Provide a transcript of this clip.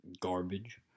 garbage